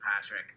Patrick